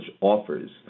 offers